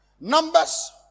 Numbers